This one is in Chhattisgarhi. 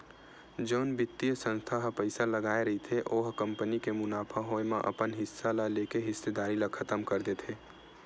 जउन बित्तीय संस्था ह पइसा लगाय रहिथे ओ ह कंपनी के मुनाफा होए म अपन हिस्सा ल लेके हिस्सेदारी ल खतम कर देथे